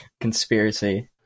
conspiracy